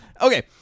Okay